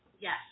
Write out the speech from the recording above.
Yes